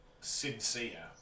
sincere